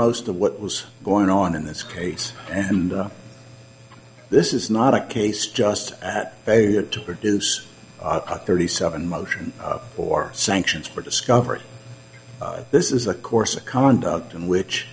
most of what was going on in this case and this is not a case just failure to produce a thirty seven motion for sanctions for discovery this is a course of conduct in which